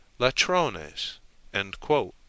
latrones